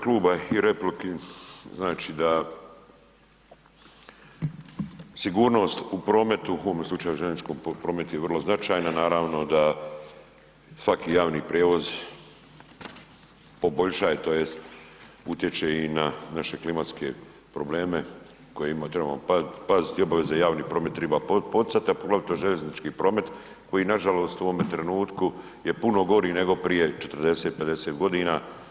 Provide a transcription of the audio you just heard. Kao što sam rekao i u replici da sigurnost u prometu, u ovome slučaju željezničkom prometu je vrlo značajna, naravno da svaki javni prijevoz poboljšaje, tj. utječe i na naše klimatske probleme o kojima trebamo paziti, obaveza javni promet triba poticat, a poglavito željeznički promet koji nažalost u ovome trenutku je puno gori nego prije 40, 50 godina.